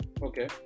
Okay